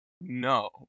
no